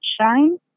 shine